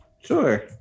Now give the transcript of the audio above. Sure